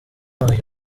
wayo